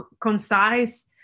concise